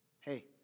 Hey